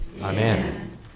Amen